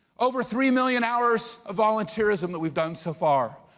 over three million hours of volunteerism that we've done so far.